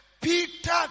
Peter